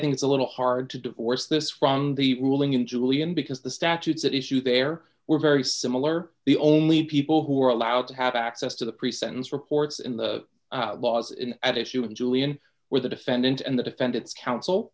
think it's a little hard to divorce this from the ruling in julian because the statutes at issue there were very similar the only people who are allowed to have access to the pre sentence reports in the laws in at issue of julian where the defendant and the defendant's coun